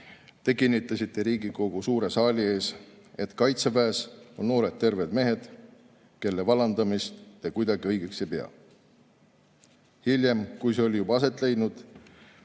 te kinnitasite Riigikogu suure saali ees, et kaitseväes on noored terved mehed, kelle vallandamist te kuidagi õigeks ei pea. Hiljem, kui see oli juba aset leidnud,